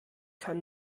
kann